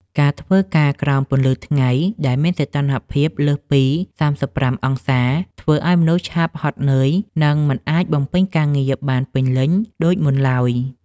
ការធ្វើការក្រោមពន្លឺថ្ងៃដែលមានសីតុណ្ហភាពលើសពី ៣៥ អង្សាសេ ធ្វើឱ្យមនុស្សឆាប់ហត់នឿយ និងមិនអាចបំពេញការងារបានពេញលេញដូចមុនឡើយ។